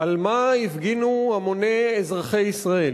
על מה הפגינו המוני אזרחי ישראל.